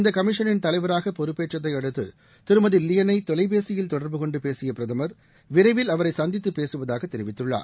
இந்த கமிஷனின் தலைவராக பொறுப்பேற்றதையடுத்து திருமதி லியனை தொலைபேசியில் தொடர்பு கொண்டு பேசிய பிரதமர் விரைவில் அவரை சந்தித்து பேசுவதாக தெரிவித்துள்ளார்